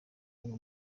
bamwe